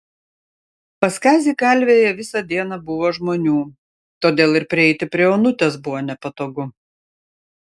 pas kazį kalvėje visą dieną buvo žmonių todėl ir prieiti prie onutės buvo nepatogu